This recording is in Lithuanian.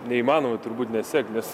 neįmanoma turbūt nesekt nes